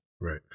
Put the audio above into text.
Right